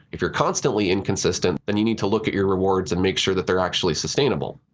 if you're constantly inconsistent, then you need to look at your rewards and make sure that they're actually sustainable.